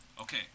Okay